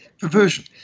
perversion